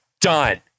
done